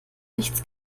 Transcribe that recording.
nichts